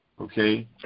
okay